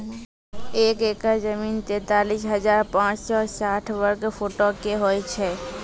एक एकड़ जमीन, तैंतालीस हजार पांच सौ साठ वर्ग फुटो के होय छै